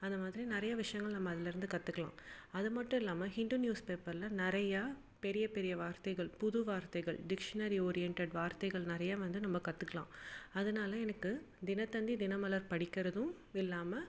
அந்த மாதிரி நிறைய விஷயங்கள் நம்ம அதுலேருந்து கற்றுக்கலாம் அது மட்டும் இல்லாமல் ஹிண்டு நியூஸ் பேப்பரில் நிறையா பெரிய பெரிய வார்த்தைகள் புது வார்த்தைகள் டிக்ஷனரி ஓரியண்டட் வார்த்தைகள் நிறைய வந்து நம்ம கற்றுக்கலாம் அதனால எனக்கு தினத்தந்தி தினமலர் படிக்குறதும் இல்லாமல்